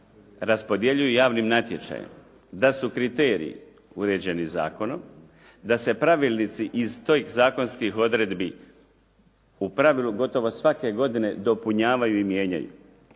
raspodjeljuje javnim natječajem, da su kriteriji uređeni zakonom, da se pravilnici iz tih zakonskih odredbi u pravilu gotovo svake godine dopunjavaju i mijenjaju.